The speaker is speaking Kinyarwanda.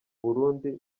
burundi